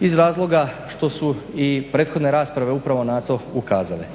iz razloga što su i prethodne rasprave upravo na to ukazale.